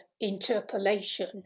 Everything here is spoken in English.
interpolation